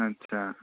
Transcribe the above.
आटसा